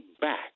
back